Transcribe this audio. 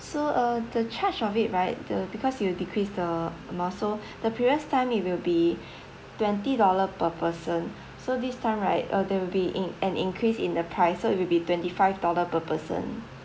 so uh the charge of it right the because you decrease the amount so the previous time it will be twenty dollar per person so this time right uh there will be in an increase in the price so it will be twenty five dollar per person